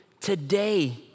today